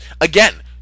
Again